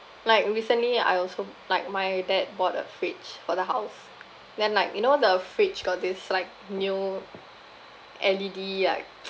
like recently I also like my dad bought a fridge for the house then like you know the fridge got this like new L_E_D like